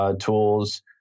tools